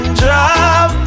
drop